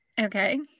okay